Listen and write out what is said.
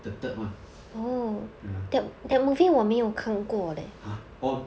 the third one mm !huh! orh